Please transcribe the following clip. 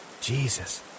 Jesus